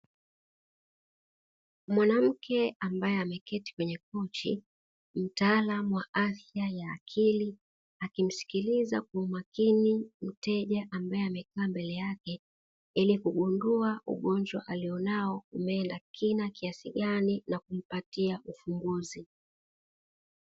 Mwanamke ambaye ameketi kwenye kochi, mtaalamu wa afya ya akili, akimsikiliza kwa umakini mteja ambaye amekaa mbele yake ili kugundua ugonjwa alionao, umeenda kina kiasi gani na kumpatia ufumbuzi.